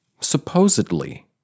supposedly